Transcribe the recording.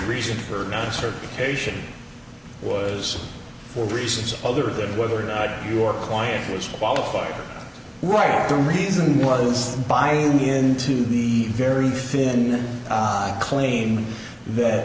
reason or concert cation was for reasons other than whether or not your client was qualified right the reason was buying into the very thin claim that